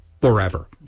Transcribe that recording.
forever